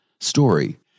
story